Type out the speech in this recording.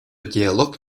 диалог